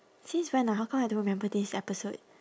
since when ah how come I don't remember this episode